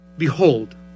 Behold